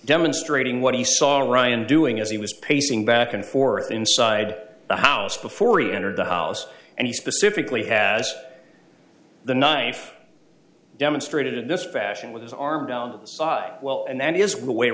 demonstrating what he saw in ryan doing as he was pacing back and forth inside the house before he entered the house and he specifically has the knife demonstrated in this fashion with his arm down well and his way